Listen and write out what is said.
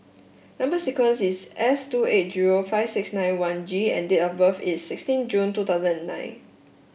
number sequence is S two eight zero five six nine one G and date of birth is sixteen June two thousand and nine